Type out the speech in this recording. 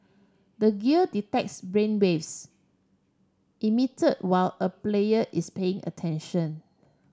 the gear detects brainwaves emitted while a player is paying attention